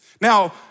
Now